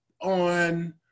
on